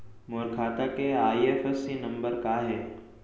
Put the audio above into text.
मोर खाता के IFSC number का हे?